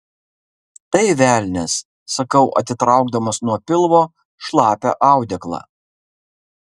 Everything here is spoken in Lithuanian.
tai velnias sakau atitraukdamas nuo pilvo šlapią audeklą